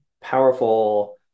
powerful